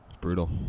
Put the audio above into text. Brutal